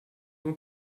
nur